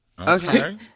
Okay